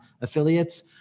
affiliates